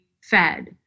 fed